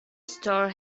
store